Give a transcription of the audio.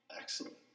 Excellent